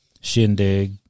shindig